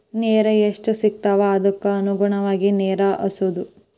ನೇರ ಎಷ್ಟ ಸಿಗತಾವ ಅದಕ್ಕ ಅನುಗುಣವಾಗಿ ನೇರ ಹಾಸುದು